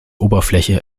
oberfläche